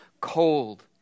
cold